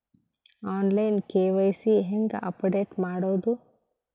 On line KYC ಹೇಂಗ update ಮಾಡೋದು?